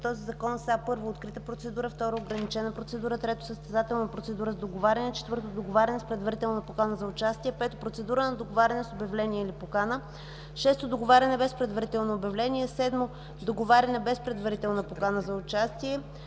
този закон са: 1. открита процедура; 2. ограничена процедура; 3. състезателна процедура с договаряне; 4. договаряне с предварителна покана за участие; 5. процедура на договаряне с обявление или покана; 6. договаряне без предварително обявление; 7. договаряне без предварителна покана за участие;